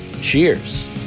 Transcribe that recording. cheers